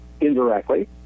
indirectly